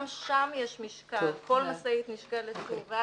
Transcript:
גם שם יש משקל כל משאית נשקלת שוב.